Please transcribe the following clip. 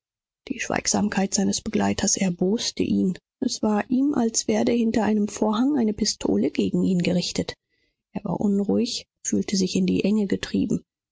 die schweigsamkeit seines begleiters erboste ihn es war ihm als werde hinter einem vorhang eine pistole gegen ihn gerichtet er war unruhig fühlte sich in die enge getrieben